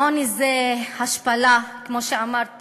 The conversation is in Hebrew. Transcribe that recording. עוני זה השפלה, כמו שאמרתי,